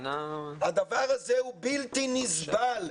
הדבר הזה הוא בלתי נסבל.